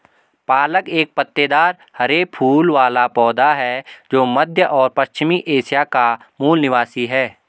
पालक एक पत्तेदार हरे फूल वाला पौधा है जो मध्य और पश्चिमी एशिया का मूल निवासी है